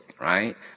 right